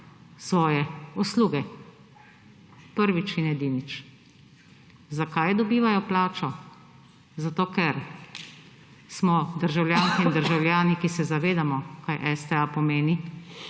svoje usluge, prvič in edinič. Zakaj dobivajo plačo? Zato, ker smo državljanke in državljani, ki se zavedamo, kaj STA pomeni,